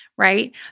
Right